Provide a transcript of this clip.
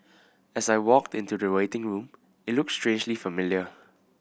as I walked into the waiting room it looked strangely familiar